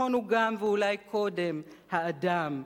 ביטחון הוא גם, ואולי קודם, האדם.